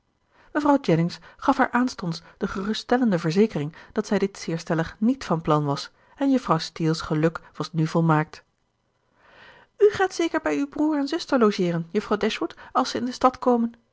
mevrouw jennings gaf haar aanstonds de geruststellende verzekering dat zij dit zeer stellig niet van plan was en juffrouw steele's geluk was nu volmaakt u gaat zeker bij uw broer en zuster logeeren juffrouw dashwood als ze in de stad komen